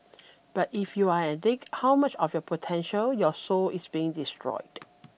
but if you're an addict how much of your potential your soul is being destroyed